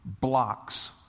blocks